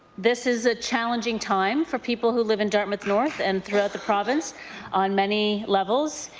this is a challenging time for people who live in dartmouth north and throughout the province on many levels.